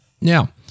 Now